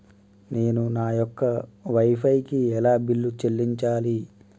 నేను నా యొక్క వై ఫై కి ఎలా బిల్లు చెల్లించాలి?